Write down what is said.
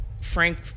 Frank